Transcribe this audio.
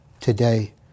today